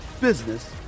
business